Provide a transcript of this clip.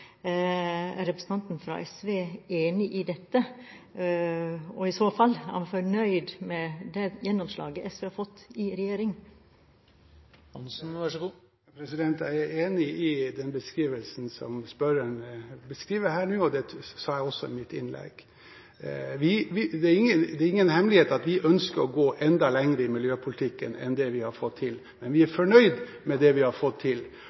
representanten fra SV enig i dette? Og i så fall: Er han fornøyd med det gjennomslaget SV har fått i regjering? Jeg er enig i den beskrivelsen som spørreren gir her nå, og det sa jeg også i mitt innlegg. Det er ingen hemmelighet at vi ønsker å gå enda lenger i miljøpolitikken enn det vi har fått til. Men vi er fornøyd med det vi har fått til.